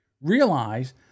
realize